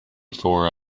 for